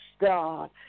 God